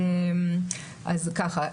אז ככה,